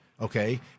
okay